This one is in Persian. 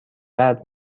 درد